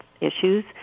issues